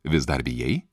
vis dar bijai